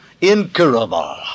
incurable